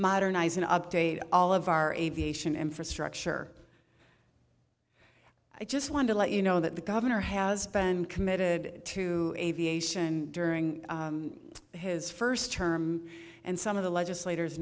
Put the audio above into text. modernize and update all of our aviation infrastructure i just want to let you know that the governor has been committed to aviation during his first term and some of the legislators